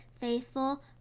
faithful